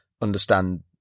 understand